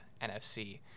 NFC